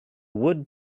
wood